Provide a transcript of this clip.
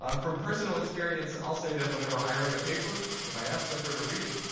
ah from personal experience, i'll say that whenever i write a paper, if i ask deborah to read it,